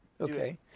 Okay